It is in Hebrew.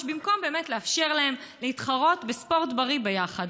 במקום באמת לאפשר להם להתחרות בספורט בריא ביחד.